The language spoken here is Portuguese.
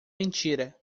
mentira